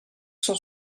cent